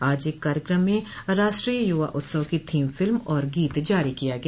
आज एक कार्यकम में राष्ट्रीय युवा उत्सव की थीम फिल्म और गीत जारी किया गया